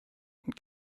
und